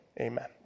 amen